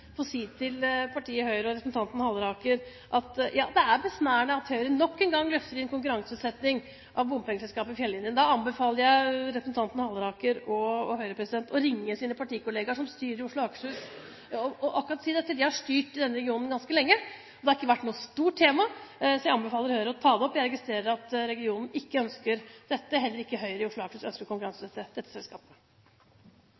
si til partiet Høyre og representanten Halleraker at det er besnærende at Høyre nok en gang løfter inn konkurranseutsetting av bompengeselskapet Fjellinjen. Da anbefaler jeg representanten Halleraker og Høyre å ringe sine partikollegaer som styrer i Oslo og Akershus, og si akkurat dette. De har styrt i denne jobben ganske lenge. Det har ikke vært noe stort tema, så jeg anbefaler Høyre å ta det opp. Jeg registrerer at regionen ikke ønsker dette – heller ikke Høyre i Oslo og Akershus ønsker